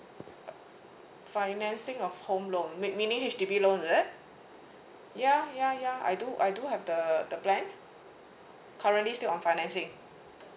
financing of home loan wait you mean H_D_B loan is it ya ya ya I do I do have the the plan currently still on financing